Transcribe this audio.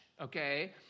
okay